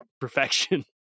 perfection